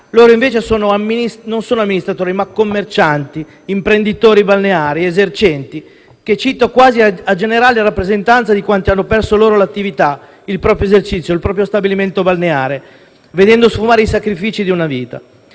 loro invece non sono amministratori, ma commercianti, imprenditori balneari ed esercenti che cito quasi a generale rappresentanza di quanti hanno perso la loro attività, il proprio esercizio e il proprio stabilimento balneare, vedendo sfumare i sacrifici di una vita.